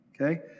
okay